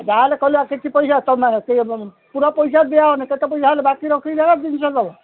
ଯାହାହେଲେ କହ କିଛି ପଇସା ତୁମେ ପୁରା ପଇସା ଦିଆହବନି କେତେ ପଇସା ହେଲେ ବାକି ରଖି ଦେବ ଜିନିଷ ଦେବ